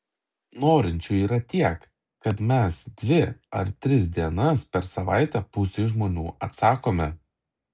norinčių yra tiek kad mes dvi ar tris dienas per savaitę pusei žmonių atsakome